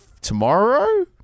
tomorrow